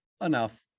enough